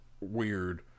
weird